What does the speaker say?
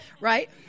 right